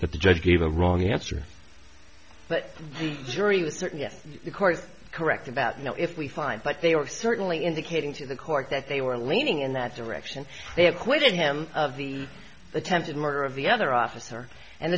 the judge gave a wrong answer but the jury was certain yes of course correct about now if we find but they were certainly indicating to the court that they were leaning in that direction they acquitted him of the attempted murder of the other officer and